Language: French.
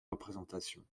représentation